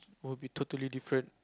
will be totally different